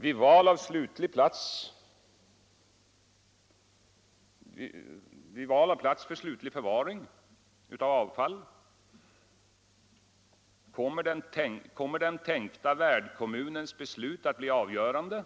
Vid val av plats för slutlig förvaring av avfall; Kommer den tänkta värdkommunens beslut att bli avgörande,